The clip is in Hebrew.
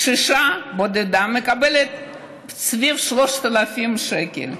קשישה בודדה מקבלת סביב 3,000 שקל.